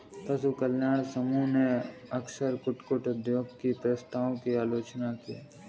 पशु कल्याण समूहों ने अक्सर कुक्कुट उद्योग की प्रथाओं की आलोचना की है